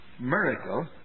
miracle